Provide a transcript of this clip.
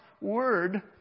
Word